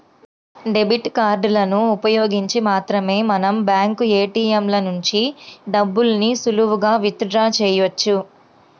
debit కార్డులను ఉపయోగించి మాత్రమే మనం బ్యాంకు ఏ.టీ.యం ల నుంచి డబ్బుల్ని సులువుగా విత్ డ్రా చెయ్యొచ్చు